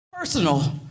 Personal